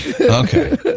Okay